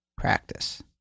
practice